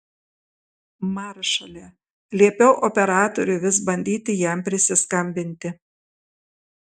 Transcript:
maršale liepiau operatoriui vis bandyti jam prisiskambinti